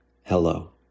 hello